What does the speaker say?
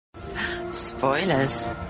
Spoilers